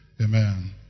amen